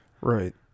Right